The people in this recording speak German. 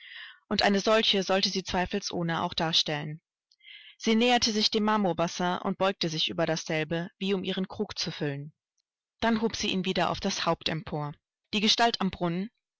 und eine solche sollte sie zweifelsohne auch darstellen sie näherte sich dem marmorbassin und beugte sich über dasselbe wie um ihren krug zu füllen dann hob sie ihn wieder auf das haupt empor die gestalt am brunnen